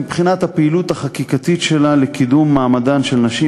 מבחינת הפעילות החקיקתית שלה לקידום מעמדן של נשים,